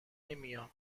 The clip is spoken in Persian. نمیام